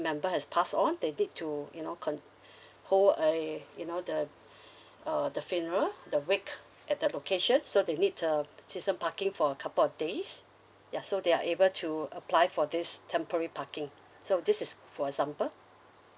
member has passed on they need to you know con~ hold a you know the err the funeral the wake at the location so they need a season parking for a couple of days ya so they are able to apply for this temporary parking so this is for example